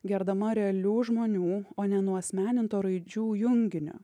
gerdama realių žmonių o ne nuasmeninto raidžių junginio